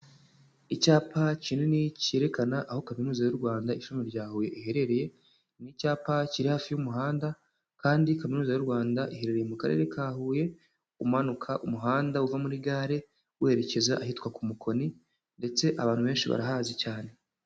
Icyapa kinini cyerekana aho Kaminuza y'u Rwanda Ishami rya Huye iherereye, ni icyapa kiri hafi y'umuhanda kandi kaminuza y'u Rwanda iherereye mu Karere ka Huye, umanuka umuhanda uva muri gare uherekeza ahitwa ku Mukoni ndetse abantu benshi barahazi cyane.